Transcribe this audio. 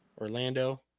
Orlando